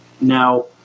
Now